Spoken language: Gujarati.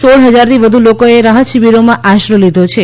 સોળ હજારથી વધુ લોકોએ રાહત શિબિરોમાં આશરો લીધો છે